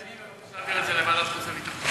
אני מבקש להעביר את זה לוועדת חוץ וביטחון.